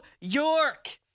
York